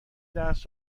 درس